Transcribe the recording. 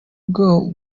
bwawo